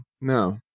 No